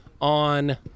on